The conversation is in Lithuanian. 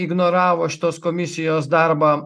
ignoravo šitos komisijos darbą